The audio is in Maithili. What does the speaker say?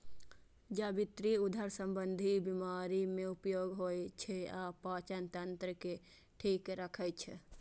जावित्री उदर संबंधी बीमारी मे उपयोग होइ छै आ पाचन तंत्र के ठीक राखै छै